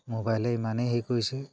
মোবাইলে ইমানেই হেৰি কৰিছে